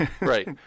right